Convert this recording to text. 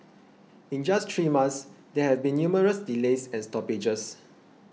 in just three months there have been numerous delays and stoppages